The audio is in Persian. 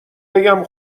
بگم